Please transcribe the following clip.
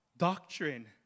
Doctrine